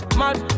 mad